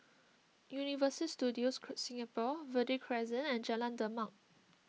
Universal Studios Singapore Verde Crescent and Jalan Demak